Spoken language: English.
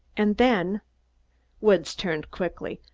and then woods turned quickly.